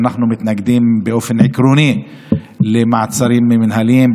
אנחנו מתנגדים באופן עקרוני למעצרים מינהליים,